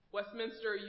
Westminster